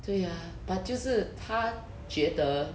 对 ah but 就是他觉得